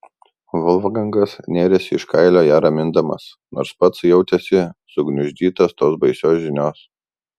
volfgangas nėrėsi iš kailio ją ramindamas nors pats jautėsi sugniuždytas tos baisios žinios